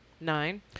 Nine